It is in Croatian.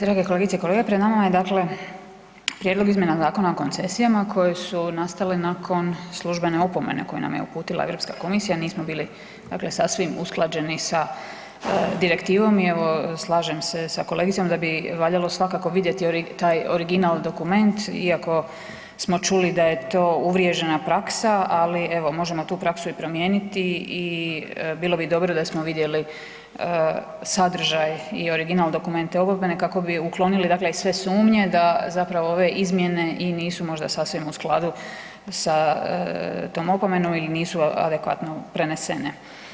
Drage kolegice i kolege, pred nama je dakle prijedlog izmjena Zakona o koncesijama koje su nastale nakon službene opomene koju nam je uputila Europska komisija, nismo bili dakle sasvim usklađeni sa direktivom i evo slažem se sa kolegicom, da bi valjalo svakako vidjeti taj original dokument iako smo čuli da je to uvriježena praksa ali evo, možemo i tu praksu i promijeniti i bilo bi dobro da smo vidjeli sadržaj i original dokument ... kako bi uklonili sve sumnje da zapravo ove izmjene i nisu možda sasvim u skladu sa tom opomenom i nisu adekvatno prenesene.